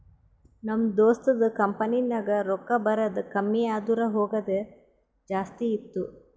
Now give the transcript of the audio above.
ನಮ್ ದೋಸ್ತದು ಕಂಪನಿನಾಗ್ ರೊಕ್ಕಾ ಬರದ್ ಕಮ್ಮಿ ಆದೂರ್ ಹೋಗದೆ ಜಾಸ್ತಿ ಇತ್ತು